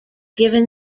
given